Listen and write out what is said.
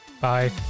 Bye